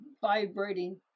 vibrating